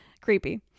Creepy